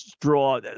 draw